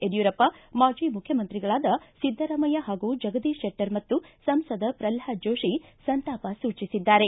ಯಡ್ಕೂರಪ್ಪ ಮಾಜಿ ಮುಖ್ಯಮಂತ್ರಿಗಳಾದ ಸಿದ್ದರಾಮಯ್ಯ ಹಾಗೂ ಜಗದೀಶ್ ಶೆಟ್ಟರ್ ಮತ್ತು ಸಂಸದ ಪ್ರಲ್ವಾದ ಜೋಶಿ ಸಂತಾಪ ಸೂಚಿಸಿದ್ದಾರೆ